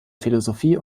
philosophie